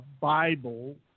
Bible